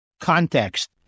context